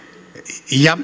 ja